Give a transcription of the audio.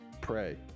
pray